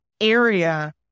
area